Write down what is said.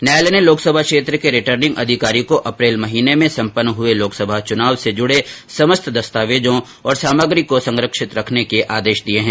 न्यायालय ने लोकसभा क्षेत्र के ्रिटर्निंग अधिकारी को अप्रेल महीने में सम्पन्न हुए लोकसभा चुनाव से जुड़े समस्त दस्तावेजों और सामग्री को संरक्षित रखने के आदेश दिये है